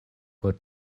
por